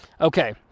Okay